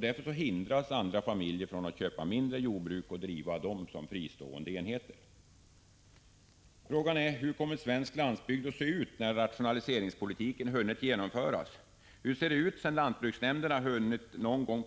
Därför hindras andra familjer från att köpa mindre jordbruk och driva dessa som fristående enheter. Frågan är: Hur kommer svensk landsbygd att se ut när rationaliseringspolitiken hunnit genomföras? Hur ser den ut sedan lantbruksnämnderna hunnit